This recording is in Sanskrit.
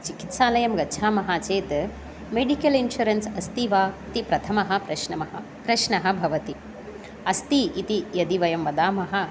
चिकित्सालयं गच्छामः चेत् मेडिकल् इन्शुरेन्स् अस्ति वा इति प्रथमः प्रश्नमः प्रश्नः भवति अस्ति इति यदि वयं वदामः